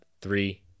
Three